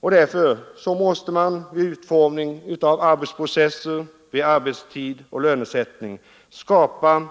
Och därför måste man vid utformningen av arbetsprocesser, arbetstid och lönesättning skapa